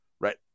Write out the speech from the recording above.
right